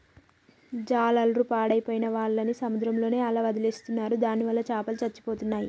జాలర్లు పాడైపోయిన వాళ్ళని సముద్రంలోనే అలా వదిలేస్తున్నారు దానివల్ల చాపలు చచ్చిపోతున్నాయి